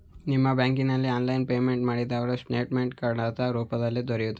ನಿಮ್ಮ ಬ್ಯಾಂಕಿನಲ್ಲಿ online payment ಮಾಡಿರುವ ಸ್ಟೇಟ್ಮೆಂಟ್ ಕಡತ ರೂಪದಲ್ಲಿ ದೊರೆಯುವುದೇ?